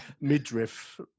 midriff